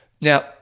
Now